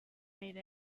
made